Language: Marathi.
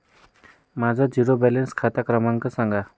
माझा झिरो बॅलन्स खाते क्रमांक सांगा